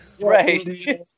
Right